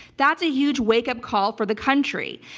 that's a huge wakeup call for the country.